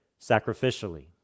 sacrificially